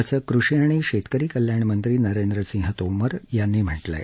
असं कृषी आणि शेतकरी कल्याणमंत्री नरेंद्र सिंह तोमर यांनी म्हटलं आहे